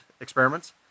experiments